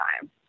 time